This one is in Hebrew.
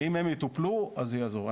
אם הם יטופלו אז זה יעזור.